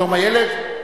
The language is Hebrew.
שלום הילד?